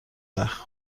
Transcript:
وقت